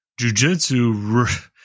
Jujitsu